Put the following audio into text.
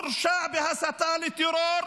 מורשע בהסתה לטרור,